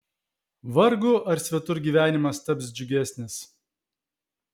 vargu ar svetur gyvenimas taps džiugesnis